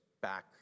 back